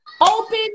Open